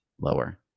lower